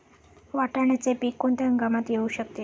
वाटाण्याचे पीक कोणत्या हंगामात येऊ शकते?